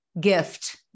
gift